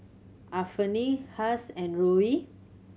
Anfernee Cass and Roe